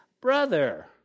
brother